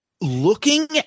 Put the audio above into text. Looking